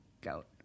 goat